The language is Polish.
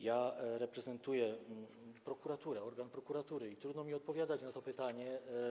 Ja reprezentuję prokuraturę, organ prokuratury, i trudno mi odpowiadać na to pytanie.